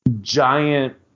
giant